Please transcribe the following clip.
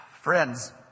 Friends